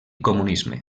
comunisme